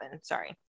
sorry